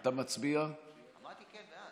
אתה מצביע בעד.